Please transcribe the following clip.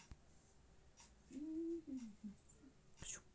टमाटर की खेती के बाद उस भूमि पर कौन सी फसल उगाना सही रहेगा?